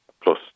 plus